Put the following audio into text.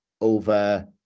over